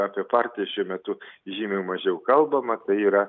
apie partijas šiuo metu žymiai mažiau kalbama tai yra